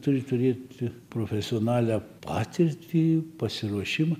turi turėt profesionalią patirtį pasiruošimą